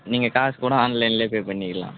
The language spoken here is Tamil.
நீங்கள் காசு கூட ஆன்லைன்லே பே பண்ணிக்கலாம்